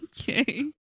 Okay